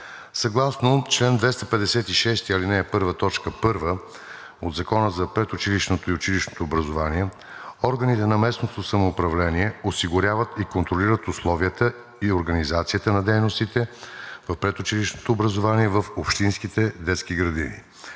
съгласно чл. 256, ал. 1, т. 1 от Закона за предучилищното и училищното образование органите на местното самоуправление осигуряват и контролират условията и организацията на дейностите в предучилищното образование в общинските детски градини.